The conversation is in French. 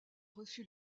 reçu